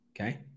Okay